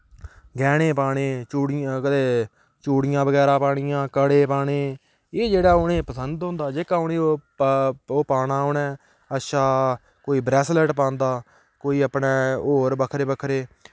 गैह्ने पाने चूड़ियां कदें चूड़ियां बगैरा पानियां कड़े पाने एह् जेह्ड़ा उ'नेंगी पसंद होंदा जेह्का उ'नेंगी ओह् पाना उ'नें अच्छा कोई ब्रैसलेट पांदा कोई अपने होर बक्खरे बक्खरे